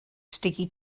sticky